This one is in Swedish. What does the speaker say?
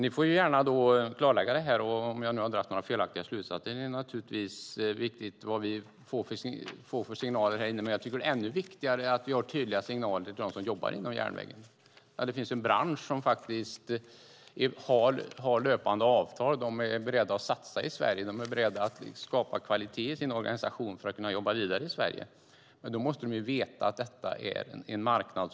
Ni får gärna göra klarlägganden här ifall jag dragit felaktiga slutsatser. Det är naturligtvis viktigt vilka signaler vi här får. Men ännu viktigare är tydliga signaler till dem som jobbar inom järnvägen och att det finns en bransch som har löpande avtal och som är beredd att satsa i Sverige. Man är beredd att skapa kvalitet i sin organisation för att kunna jobba vidare i Sverige. Men då måste man veta att det finns en marknad.